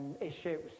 issues